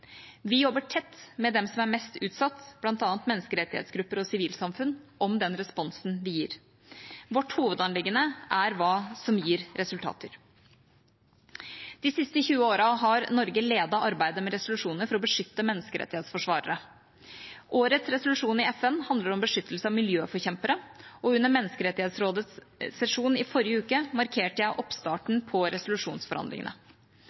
Vi jobber tett med dem som er mest utsatt, bl.a. menneskerettighetsgrupper og sivilsamfunn, om den responsen vi gir. Vårt hovedanliggende er hva som gir resultater. De siste 20 årene har Norge ledet arbeidet med resolusjoner for å beskytte menneskerettighetsforsvarere. Årets resolusjon i FN handler om beskyttelse av miljøforkjempere, og under Menneskerettighetsrådets sesjon i forrige uke markerte jeg